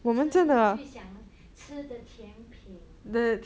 吃你最想吃的甜品